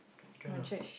can ah